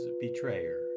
betrayer